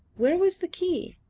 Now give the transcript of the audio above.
where was the key?